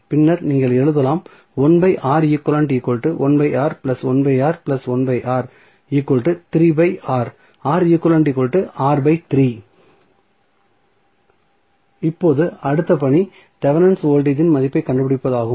பின்னர் நீங்கள் எழுதலாம் இப்போது அடுத்த பணி தெவெனின் வோல்டேஜ் இன் மதிப்பைக் கண்டுபிடிப்பதாகும்